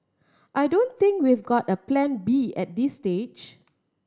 I don't think we've got a Plan B at this stage